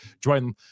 join